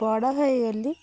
ବଡ଼ ହୋଇଗଲି